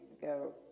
Go